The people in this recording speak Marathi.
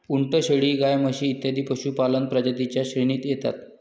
उंट, शेळी, गाय, म्हशी इत्यादी पशुपालक प्रजातीं च्या श्रेणीत येतात